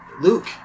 Luke